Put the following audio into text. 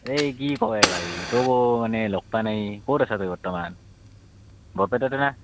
এই কি ক এ ভাই তোকো মানে লগ পোৱা নাই ক'ত আছ তই বৰ্তমান বৰপেটাতে ন